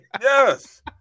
Yes